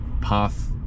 path